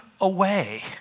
away